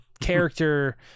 character